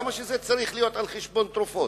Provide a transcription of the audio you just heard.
למה זה צריך להיות על-חשבון תרופות?